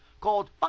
called